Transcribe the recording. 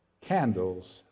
Candles